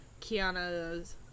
Kiana's